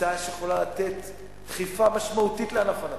הצעה שיכולה לתת דחיפה משמעותית לענף הנדל"ן,